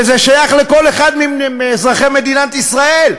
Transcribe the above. וזה שייך לכל אחד מאזרחי מדינת ישראל,